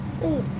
Sweet